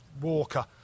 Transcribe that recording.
Walker